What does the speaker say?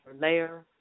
layer